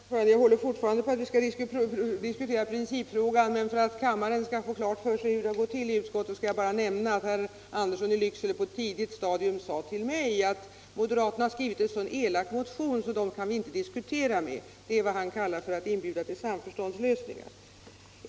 Herr talman! Jag håller fortfarande på att vi skall diskutera principfrågan. Men för att kammaren skall få klart för sig hur det har gått till i utskottet skall jag bara nämna att herr Andersson i Lycksele på ett tidigt stadium sade till mig att ”moderaterna har skrivit en så elak motion att dem kan vi inte diskutera med”. Det är vad han kallar för att inbjuda till samförståndslösningar.